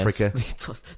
Africa